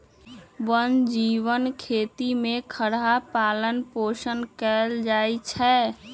वन जीव खेती में खरहा पालन पोषण कएल जाइ छै